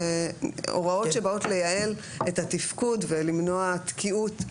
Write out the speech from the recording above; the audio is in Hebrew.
הוראות שבאות לייעל את התפקוד ולמנוע תקיעות.